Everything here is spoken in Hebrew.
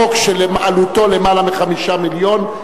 חוק שעלותו למעלה מ-5 מיליון,